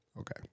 Okay